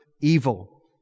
evil